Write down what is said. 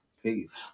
peace